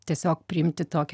tiesiog priimti tokį